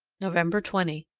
november twenty.